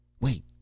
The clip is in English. Wait